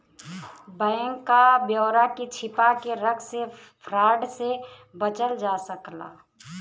bank क ब्यौरा के छिपा के रख से फ्रॉड से बचल जा सकला